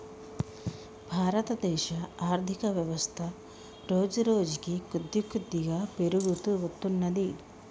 భారతదేశ ఆర్ధికవ్యవస్థ రోజురోజుకీ కొద్దికొద్దిగా పెరుగుతూ వత్తున్నది